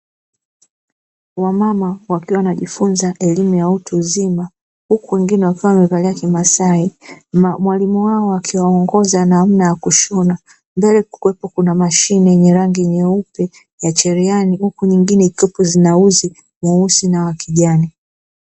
Wamama wakiwa wanajifunza elimu ya utu uzima, huku wengine wakiwa wamevalia kimasai, mwalimu wao akiwaongoza namna ya kushona, mbele kukiwepo na mashine ya rangi nyeupe ya cherehani huku nyingine zingine zikiwepo na uzi mweusi na wa kijani.